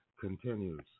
continues